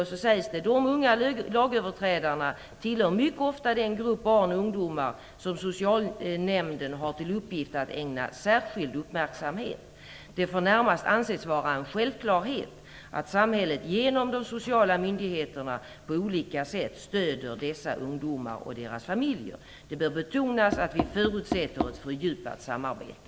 Därefter sägs: "De unga lagöverträdarna tillhör mycket ofta den grupp barn och ungdomar som socialnämnden har till uppgift att ägna särskild uppmärksamhet åt. Det får närmast anses vara en självklarhet att samhället genom de sociala myndigheterna på olika sätt stöder dessa ungdomar och deras familjer. Det bör betonas att vi förutsätter ett fördjupat samarbete -".